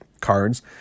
cards